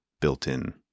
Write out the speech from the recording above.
built-in